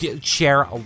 share